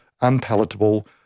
unpalatable